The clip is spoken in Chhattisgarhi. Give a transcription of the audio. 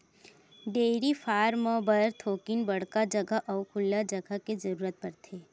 डेयरी फारम बर थोकिन बड़का जघा अउ खुल्ला जघा के जरूरत परथे